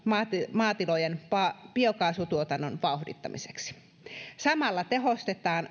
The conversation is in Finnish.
maatilojen biokaasutuotannon vauhdittamiseksi samalla tehostetaan